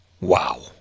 Wow